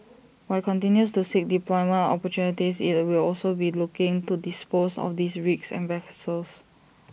while IT continues to seek deployment opportunities IT will also be looking to dispose of these rigs and vessels